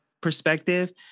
perspective